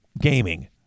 gaming